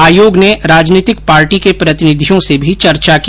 आयोग ने राजनीतिक पार्टी के प्रतिनिधियों से भी चर्चा की